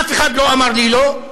אף אחד לא אמר לי "לא".